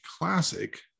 classic